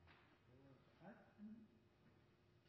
Det var